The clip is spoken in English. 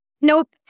Nope